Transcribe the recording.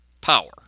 power